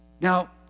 Now